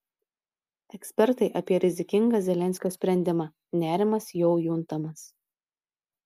ekspertai apie rizikingą zelenskio sprendimą nerimas jau juntamas